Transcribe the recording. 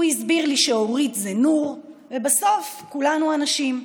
הוא הסביר לי שאורית זה נור, ובסוף כולנו אנשים.